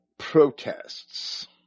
protests